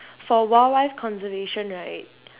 for wildlife conservation right